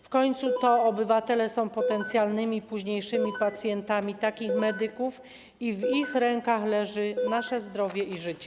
W końcu to obywatele są potencjalnymi późniejszymi pacjentami takich medyków, w rękach których leży nasze zdrowie i życie.